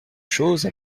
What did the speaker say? chose